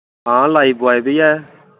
हां लाईफबॉय बी ऐ